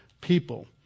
people